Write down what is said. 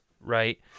right